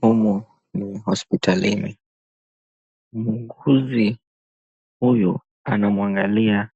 Humu ni hospitalini . Muuguzi huyu anamwangalia